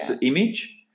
image